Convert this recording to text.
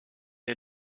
est